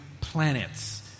planets